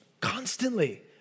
Constantly